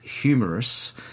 humorous